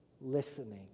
Listening